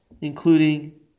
including